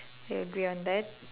we agree on that